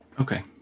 Okay